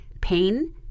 pain